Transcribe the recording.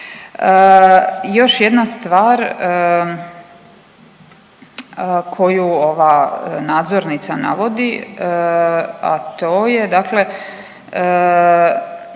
Još jedna stvar koju ova nadzornica navodi, a to je dakle